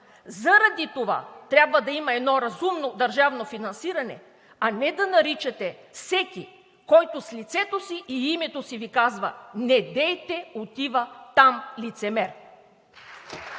Заради това трябва да има едно разумно държавно финансиране, а не да наричате всеки, който с лицето и името си Ви казва: недейте отива там – лицемер!